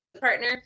partner